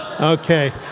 Okay